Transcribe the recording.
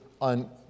on